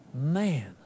man